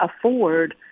afford